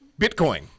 bitcoin